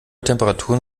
temperaturen